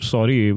Sorry